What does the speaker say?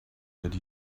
that